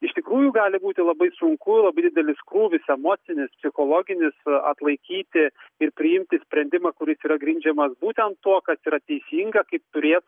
iš tikrųjų gali būti labai sunku labai didelis krūvis emocinis psichologinis atlaikyti ir priimti sprendimą kuris yra grindžiamas būtent tuo kas yra teisinga kaip turėtų